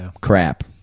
Crap